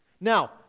Now